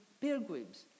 pilgrims